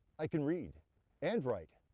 i can read and write.